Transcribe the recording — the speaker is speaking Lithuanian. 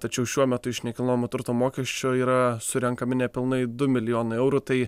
tačiau šiuo metu iš nekilnojamo turto mokesčio yra surenkami nepilnai du milijonai eurų tai